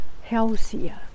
healthier